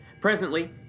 Presently